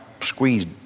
squeezed